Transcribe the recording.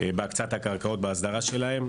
בהקצאת הקרקעות ובהסדרה שלהם.